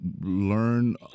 learn